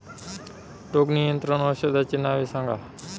रोग नियंत्रण औषधांची नावे सांगा?